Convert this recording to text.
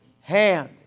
hand